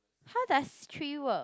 how does three work